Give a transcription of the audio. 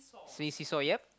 see see saw ya